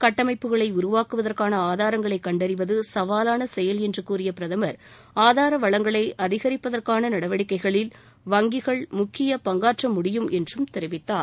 கட்டமைப்புகளை உருவாக்குவதற்கான ஆதாரங்களை கண்டறிவது சவாலான செயல் என்று கூறிய பிரதம் ஆதார வளங்களை அதிகரிப்பதற்கான நடவடிக்கைகளில் வங்கிகள் முக்கிய பங்காற்ற முடியும் என்றம் தெரிவித்தார்